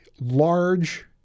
large